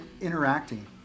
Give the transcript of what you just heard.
interacting